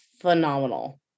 phenomenal